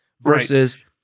Versus